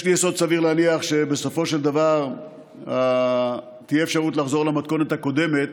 יש לי יסוד סביר להניח שבסופו של דבר תהיה אפשרות לחזור למתכונת הקודמת,